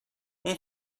اون